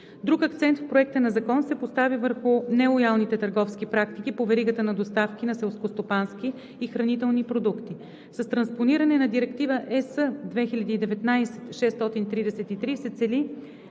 Друг акцент в Законопроекта се поставя върху нелоялните търговски практики по веригата на доставки на селскостопански и хранителни продукти. С транспониране на Директива (ЕС) 2019/633 се цели